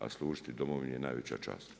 A služiti domovini je najveća čast.